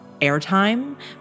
airtime